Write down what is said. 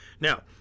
Now